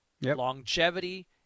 Longevity